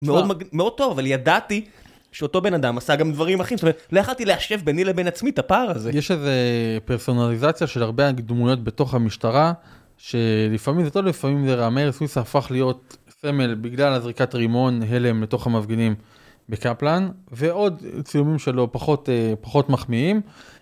מאוד טוב, אבל ידעתי שאותו בן אדם עשה גם דברים אחרים. זאת אומרת, לא יכולתי ליישב ביני לבין עצמי את הפער הזה. יש איזו פרסונליזציה של הרבה דמויות בתוך המשטרה, שלפעמים זה טוב, לפעמים זה רע, מאיר סויסה הפך להיות סמל בגלל הזריקת רימון הלם לתוך המפגינים בקפלן, ועוד צילומים שלו פחות מחמיאים.